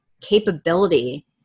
capability